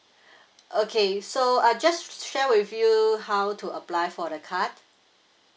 okay so uh just share with you how to apply for the card